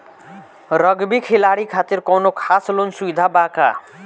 Rugby खिलाड़ी खातिर कौनो खास लोन सुविधा बा का?